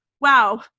wow